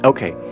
Okay